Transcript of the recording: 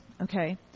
okay